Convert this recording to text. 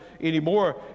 anymore